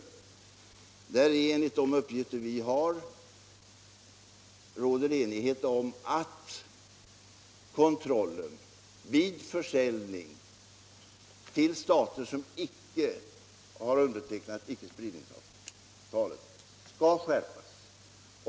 råder det enligt de uppgifter vi har fått enighet om att kontrollen skall skärpas vid försäljning av kärnkraftsanläggningar till stater som icke har undertecknat icke-spridningsavtalet.